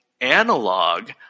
analog